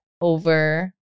over